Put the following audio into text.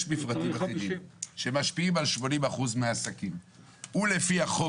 יש מפרטים שמשפיעים על 80% מהעסקים ולפי החוק